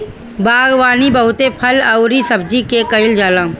बागवानी बहुते फल अउरी सब्जी के कईल जाला